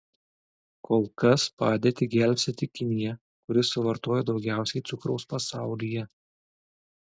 kol kas padėtį gelbsti tik kinija kuri suvartoja daugiausiai cukraus pasaulyje